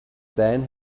then